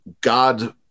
God